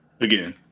Again